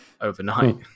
overnight